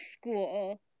school